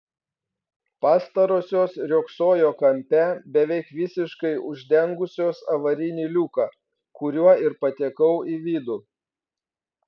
pastarosios riogsojo kampe beveik visiškai uždengusios avarinį liuką kuriuo ir patekau į vidų